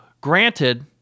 granted